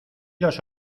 los